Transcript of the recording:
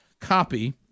copy